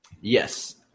Yes